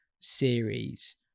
series